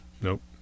Nope